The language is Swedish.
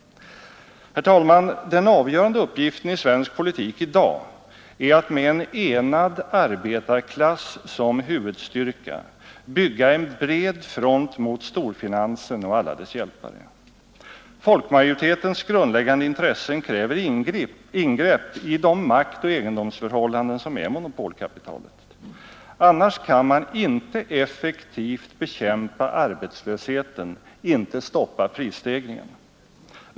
Herr talman! Den avgörande uppgiften i svensk politik i dag är att med en enad arbetarklass som huvudstyrka bygga en bred front mot storfinansen och alla dess hjälpare. Folkmajoritetens grundläggande intressen kräver ingrepp i de maktoch egendomsförhållanden som är monopolkapitalets; annars kan man inte effektivt bekämpa arbetslösheten, inte stoppa prisstegringen.